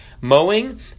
mowing